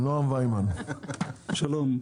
שלום,